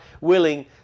willing